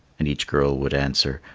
and each girl would answer,